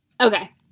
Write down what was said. Okay